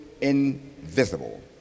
invisible